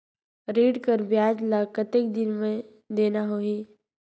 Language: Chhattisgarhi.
ऋण कर ब्याज ला कतेक दिन मे देना होही?